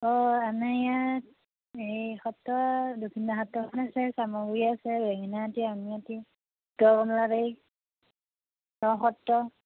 অঁ আমাৰ ইয়াত এই সত্ৰ দক্ষিণপাত সত্ৰখন আছে চামগুৰি আছে বেঙেনাআটী আউনীআটী উত্তৰ কমলাবাৰী নসত্ৰ